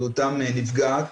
בריאותם נפגעת.